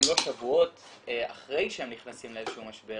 לא שבועות אחרי שהם נכנסים לאיזה שהוא משבר,